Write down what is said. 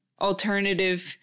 alternative